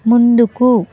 ముందుకు